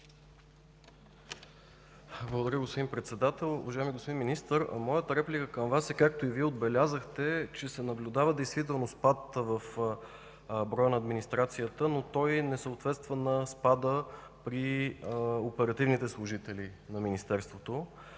Благодаря, господин Председател. Уважаеми господин Министър, моята реплика към Вас, както и Вие отбелязахте, е, че се наблюдава действително спад в броя на администрацията, но той не съответства на спада при оперативните служители на министерството.